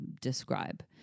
describe